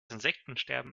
insektensterben